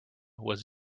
was